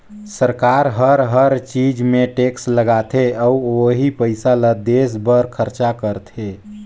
सरकार हर हर चीच मे टेक्स लगाथे अउ ओही पइसा ल देस बर खरचा करथे